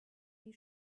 die